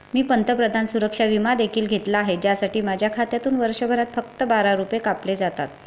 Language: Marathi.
मी पंतप्रधान सुरक्षा विमा देखील घेतला आहे, ज्यासाठी माझ्या खात्यातून वर्षभरात फक्त बारा रुपये कापले जातात